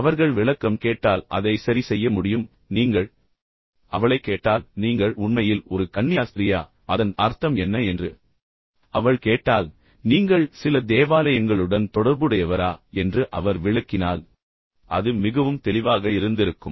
அவர்கள் விளக்கம் கேட்டால் அதை சரி செய்ய முடியும் என்பது உங்களுக்குத் தெரியும் நீங்கள் உண்மையிலேயே அவளைக் கேட்டால் நீங்கள் உண்மையில் ஒரு கன்னியாஸ்திரியா அதன் அர்த்தம் என்ன என்று அவள் கேட்டால் பின்னர் நீங்கள் சில தேவாலயங்களுடன் தொடர்புடையவரா என்று அவர் விளக்கினால் பின்னர் நீங்கள் தேவாலயத்திற்கு சில சேவைகளைச் செய்கிறீர்கள் என்று கேட்டிருந்தால் அது மிகவும் தெளிவாக இருந்திருக்கும்